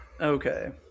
okay